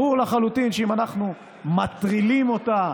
ברור לחלוטין שאם אנחנו מטרילים אותה,